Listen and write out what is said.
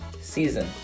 season